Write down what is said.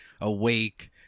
Awake